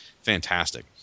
fantastic